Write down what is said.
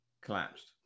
collapsed